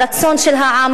הרצון של העם,